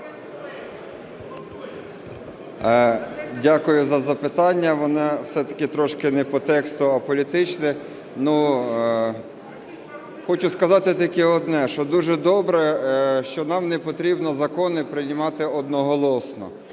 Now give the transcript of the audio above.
Дякую за запитання. Воно все-таки трішки не по тексту, а політичне. Хочу сказати тільки одне, що дуже добре, що нам не потрібно закони приймати одноголосно,